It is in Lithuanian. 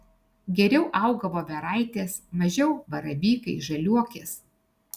geriau auga voveraitės mažiau baravykai žaliuokės